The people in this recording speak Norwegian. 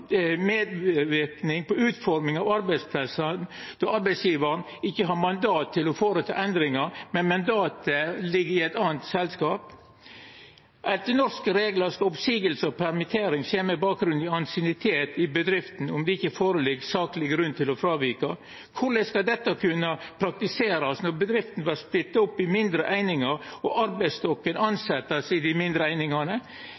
på utforminga av arbeidssituasjonen viss arbeidsgjevaren ikkje har mandat til å gjera endringar, fordi mandatet ligg i eit anna selskap? Etter norske reglar skal oppseiingar og permittering skje med bakgrunn i ansiennitet i bedrifta om det ikkje ligg føre sakleg grunn til å fråvika. Korleis skal dette kunne praktiserast når bedrifta vert splitta opp i mindre einingar og